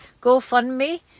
GoFundMe